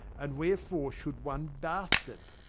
and wherefore should one bastard?